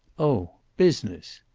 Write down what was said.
oh, business!